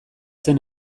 zen